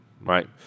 right